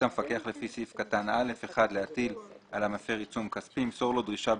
המפקח לפי סעיף קטן (א) - להטיל על המפר עיצום כספי ימסור לו דרישה,